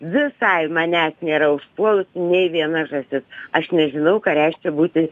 visai manęs nėra užpuolus nei viena žąsis aš nežinau ką reiškia būti